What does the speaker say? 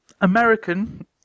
American